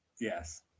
Yes